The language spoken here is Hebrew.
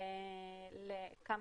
לכמה